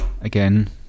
Again